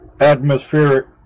atmospheric